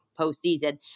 postseason